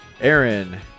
Aaron